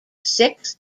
six